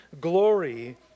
glory